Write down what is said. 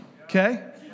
Okay